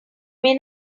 may